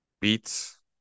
beats